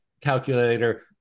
calculator